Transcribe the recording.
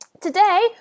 Today